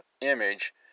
image